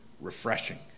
Refreshing